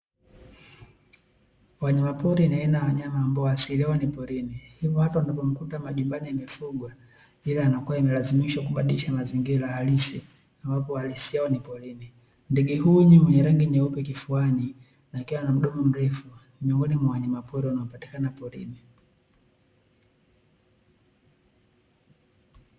Wanyama pori ni aina ya wanyama ambao asili yao ni porini, hivyo hata unapomkuta majumbani amefugwa ila anakuwa imelazimishwa kubadilisha mazingira halisi iwapo uhalisia wao ni porini. Ndege huyu mwenye rangi nyeupe kifuani lakini ana mdomo mrefu ni miongoni mwa wanyamapori wanaopatikana porini.